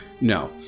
No